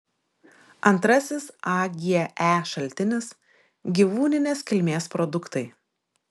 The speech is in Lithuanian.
antrasis age šaltinis gyvūninės kilmės produktai